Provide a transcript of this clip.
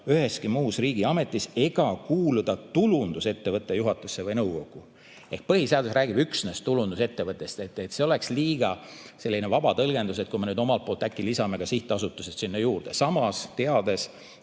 üheski muus riigiametis ega kuuluda tulundusettevõtte juhatusse või nõukokku. Põhiseadus räägib üksnes tulundusettevõttest. See oleks liiga vaba tõlgendus, kui me nüüd omalt poolt äkki lisaksime ka sihtasutused sinna juurde. Samas teame,